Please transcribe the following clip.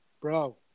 bro